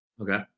Okay